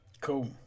Cool